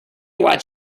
what